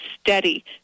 steady